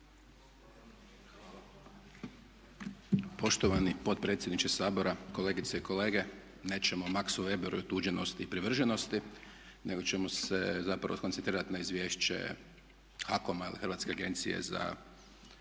Poštovani potpredsjedniče Sabora, kolegice i kolege, nećemo o Maxu Weberu i otuđenosti i privrženosti, nego ćemo se zapravo skoncentrirati na izvješće HAKOM-a ili Hrvatske agencije za